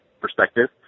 perspective